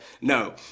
No